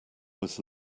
was